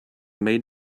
main